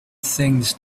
things